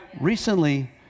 recently